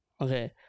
Okay